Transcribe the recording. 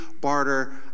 barter